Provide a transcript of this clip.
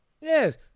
Yes